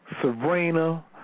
Sabrina